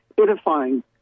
edifying